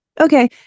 okay